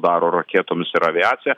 daro raketomis ir aviacija